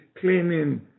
claiming